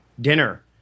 dinner